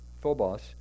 phobos